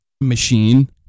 machine